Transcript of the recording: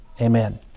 Amen